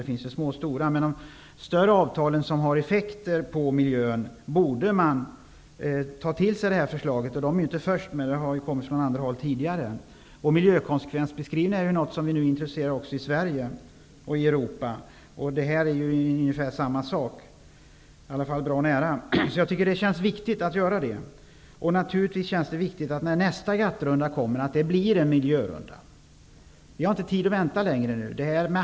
Men när det gäller de större avtalen som har effekter på miljön borde man ta till sig det här förslaget. Det har ju kommit från andra håll tidigare. Miljökonsekvensbeskrivningar är ju något som vi intresserar oss för också i Sverige och i Europa. Detta är ju ungefär samma sak, i alla fall bra nära. Det känns viktigt att göra detta. Det känns också viktigt att nästa GATT-runda blir en miljörunda. Vi har inte tid att vänta längre nu.